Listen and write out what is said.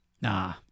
Nah